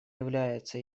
является